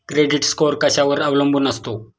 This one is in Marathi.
क्रेडिट स्कोअर कशावर अवलंबून असतो?